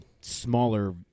smaller